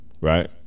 Right